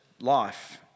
life